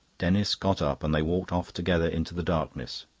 denis got up, and they walked off together into the darkness.